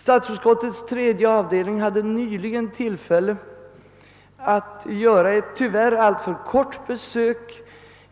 Statsutskottets tredje avdelning har nyligen haft tillfälle att göra ett tyvärr alltför kort besök